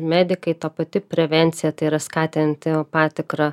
medikai ta pati prevencija tai yra skatinti patikrą